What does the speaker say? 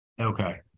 Okay